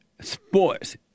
sports